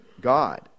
God